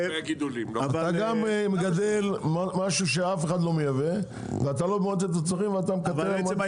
אתה גם מגדל משהו שאף אחד לא מייבא ואתה לא במועצת הצמחים ואתה מקטר.